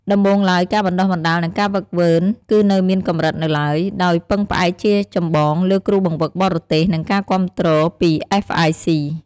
ដំបូងឡើយ ការបណ្តុះបណ្តាល និងការហ្វឹកហ្វឺនគឺនៅមានកម្រិតនៅឡើយ ដោយពឹងផ្អែកជាចម្បងលើគ្រូបង្វឹកបរទេស និងការគាំទ្រពី អ្វេស អាយ អុី។